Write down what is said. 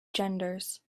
genders